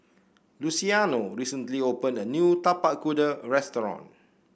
Luciano recently opened a new Tapak Kuda restaurant